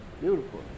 beautiful